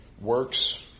works